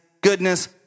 goodness